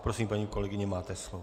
Prosím, paní kolegyně, máte slovo.